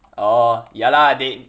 oh ya lah they